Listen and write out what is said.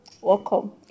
welcome